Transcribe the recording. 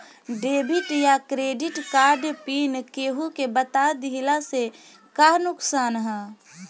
Debit या credit card PIN केहूके बता दिहला से का नुकसान ह?